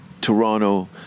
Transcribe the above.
Toronto